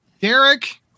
Derek